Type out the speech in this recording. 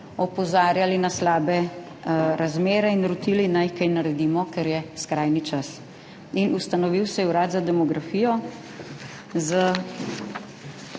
opozarjali na slabe razmere in rotili, naj kaj naredimo, ker je skrajni čas. In ustanovil se je Urad za demografijo,